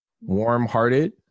warm-hearted